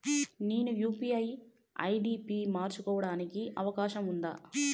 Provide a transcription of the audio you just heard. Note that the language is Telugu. నేను యు.పి.ఐ ఐ.డి పి మార్చుకోవడానికి అవకాశం ఉందా?